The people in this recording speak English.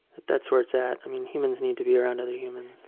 but that's where it's at. humans need to be around other humans.